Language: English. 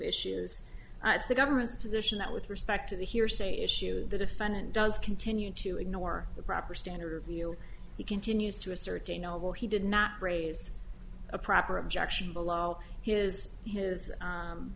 issues it's the government's position that with respect to the hearsay issue the defendant does continue to ignore the proper standard view he continues to assert a noble he did not raise a proper objection below here is his